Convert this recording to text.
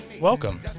welcome